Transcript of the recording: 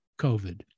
COVID